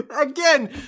again